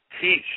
teach